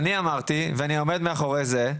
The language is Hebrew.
אני אמרתי ואני עומד מאחורי זה,